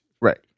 Right